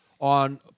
on